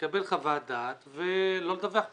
לקבל חוות דעת ולא לדווח פשוט.